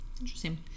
Interesting